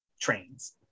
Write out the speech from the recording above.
trains